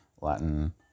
Latin